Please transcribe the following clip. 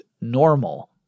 normal